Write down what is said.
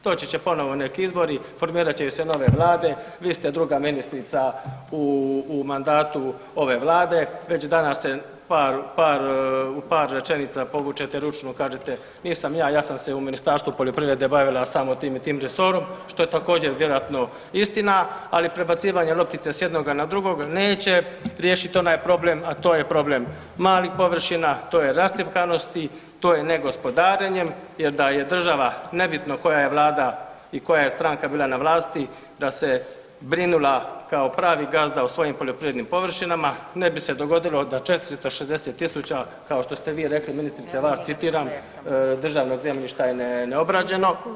Doći će ponovo neki izbori, formirat će se nove vlade, vi ste druga ministrica u mandatu ove Vlade, već danas se u par rečenica povučete ručnu kažete nisam ja, ja sam se u Ministarstvu poljoprivrede bavila samo tim i tim resorom što je također vjerojatno istina, ali prebacivanje loptice s jednoga na drugog neće riješiti onaj problem, a to je problem malih površina, to je rascjepkanosti, to je ne gospodarenjem jer da je država, nebitno koja je Vlada i koja je stranka bila na vlasti da se brinula kao pravi gazda o svojim poljoprivrednim površinama, ne bi se dogodilo da 460.000 kao što ste vi rekli ministrice vas citiram, državnog zemljišta je neobrađeno.